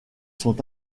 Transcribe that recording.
sont